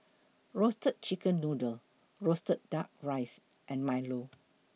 Roasted Chicken Noodle Roasted Duck Rice and Milo